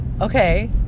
okay